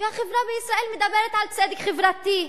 והחברה בישראל מדברת על צדק חברתי.